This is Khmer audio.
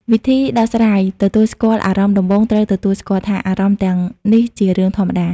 វិធីដោះស្រាយទទួលស្គាល់អារម្មណ៍ដំបូងត្រូវទទួលស្គាល់ថា អារម្មណ៍ទាំងនេះជារឿងធម្មតា។